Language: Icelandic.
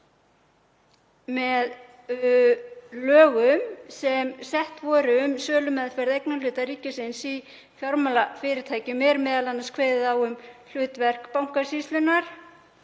Með lögum sem sett voru um sölumeðferð eignarhluta ríkisins í fjármálafyrirtækjum er m.a. kveðið á um hlutverk Bankasýslunnar,